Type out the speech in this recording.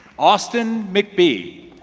austin mcbee